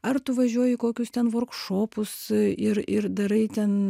ar tu važiuoji į kokius ten vorkšopus ir ir darai ten